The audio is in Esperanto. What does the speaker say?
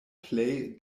plej